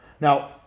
Now